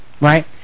right